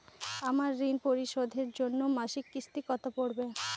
আমার ঋণ পরিশোধের জন্য মাসিক কিস্তি কত পড়বে?